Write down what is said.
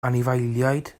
anifeiliaid